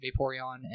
Vaporeon